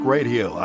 Radio